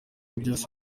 byose